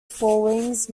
forewings